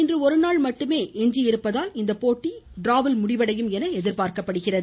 இன்று ஒருநாள் மட்டுமே எஞ்சியிருப்பதால் இப்போட்டி டிராவில் முடிவடையும் என எதிர்பார்க்கப்படுகிறது